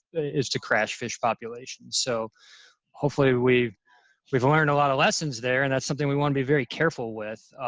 is to crash fish populations. so hopefully we've we've learned a lot of lessons there and that's something we want to be very careful with.